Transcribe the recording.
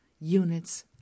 units